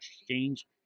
Exchange